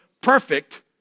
perfect